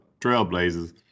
Trailblazers